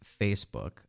Facebook